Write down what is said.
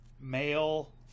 male